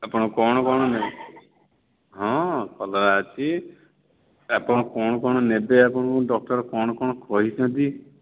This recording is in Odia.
ଆପଣ କଣ କଣ ନେବେ ହଁ କଲରା ଅଛି ଆପଣ କଣ କଣ ନେବେ ଆପଣଙ୍କୁ ଡକ୍ଟର କଣ କଣ କହିଛନ୍ତି